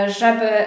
żeby